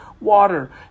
water